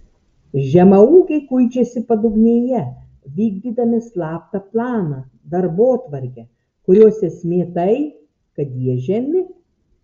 žemaūgiai kuičiasi padugnėje vykdydami slaptą planą darbotvarkę kurios esmė tai kad jie žemi